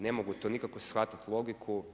Ne mogu to nikako shvatiti logiku.